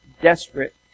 desperate